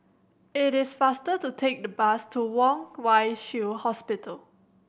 it is faster to take the bus to Kwong Wai Shiu Hospital